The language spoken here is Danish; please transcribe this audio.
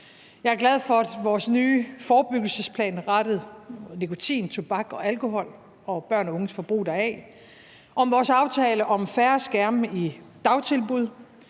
Jeg er glad for vores nye forebyggelsesplan rettet mod nikotin, tobak og alkohol og børn og unges forbrug deraf, for vores aftale om færre skærme i dagtilbud